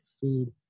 food